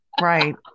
Right